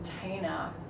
container